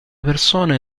persone